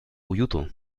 уюту